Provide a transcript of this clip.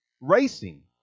racing